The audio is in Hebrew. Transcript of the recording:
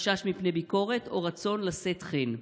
חשש מפני ביקורת או רצון לשאת חן.